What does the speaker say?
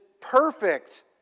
perfect